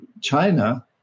China